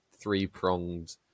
three-pronged